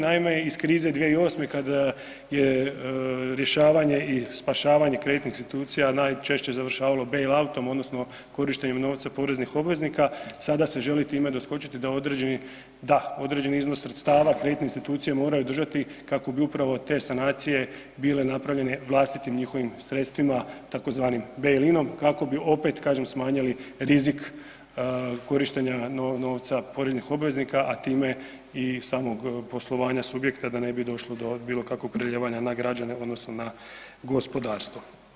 Naime, iz krize 2008. kad je rješavanje i spašavanje kreditnih institucija najčešće završavalo …/nerazumljivo/… odnosno korištenjem novca poreznih obveznika sada se želi time doskočiti da određeni, da određeni iznos sredstava kreditne institucije moraju držati kako bi upravo te sanacije bile napravljene vlastitim njihovim sredstvima tzv. …/nerazumljivo/… kako bi opet kažem smanjili rizik korištenja novca poreznih obveznika, a time i samog poslovanja subjekta da ne bi došlo do bilo kakvog prelijevanja na građane odnosno na gospodarstvo.